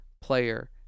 player